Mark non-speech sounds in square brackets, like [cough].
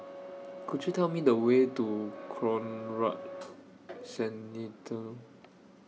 Could YOU Tell Me The Way to Conrad [noise] Centennial